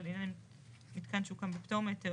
ולעניין מיתקן שהוקם בפטור מהיתר,